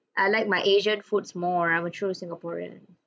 I like my asian foods more I'm a true singaporean